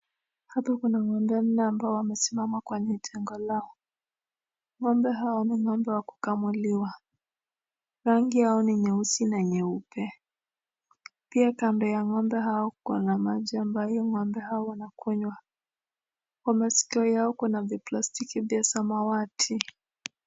Hapa kuna n'gombe nne ambao wamesimama kwenye jengo lao. N'gombe hawa ni n'gombe wa kukamuliwa. Rangi yao ni nyeusi na nyeupe, pia kando ya yao kuna maji ambayo ni ya kukunywa. Kwenye masikio yao kuna plastiki ya samawati.